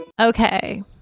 Okay